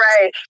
Right